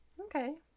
Okay